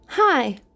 Hi